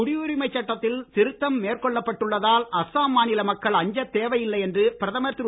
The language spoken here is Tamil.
குடியுரிமை சட்டத்தில் திருத்தம் மேற்கொள்ளப் பட்டுள்ளதால் அஸ்ஸாம் மாநில மக்கள் அஞ்சத் தேவையில்லை என்று பிரதமர் திரு